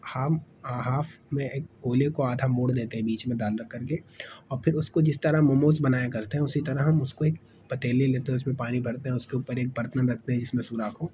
harm half میں ایک اولے کو آدھا موڑ دیتے ہیں بیچ میں دال رکھ کر کے اور پھر اس کو جس طرح موموز بنایا کرتے ہیں اسی طرح ہم اس کو ایک پتیلی لیتے ہیں اور اس میں پانی بھرتے ہیں اس کے اوپر ایک برتن رکھتے ہیں جس میں سوراخ ہو